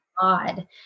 God